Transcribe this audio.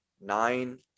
nine